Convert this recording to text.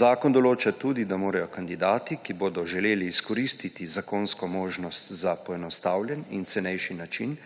Zakon določa tudi, da morajo kandidati, ki bodo želeli izkoristiti zakonsko možnost za poenostavljen in cenejši način,